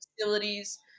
facilities